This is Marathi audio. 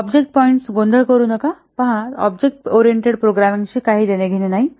ऑब्जेक्ट पॉइंट्स गोंधळ करू नका पहा त्यांना ऑब्जेक्ट ओरिएंटेड प्रोग्रामिंगशी काही देणे घेणे नाही